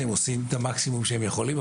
שעושים את המקסימום שהם יכולים,